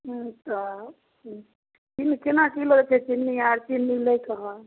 हुँ तऽ किलो कोना किलो हइ चिन्नी आओर चिन्नी लैके हइ